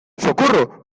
socorro